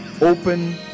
open